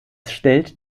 stellt